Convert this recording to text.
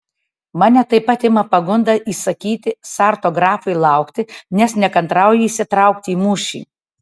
mane taip pat ima pagunda įsakyti sarto grafui laukti nes nekantrauju įsitraukti į mūšį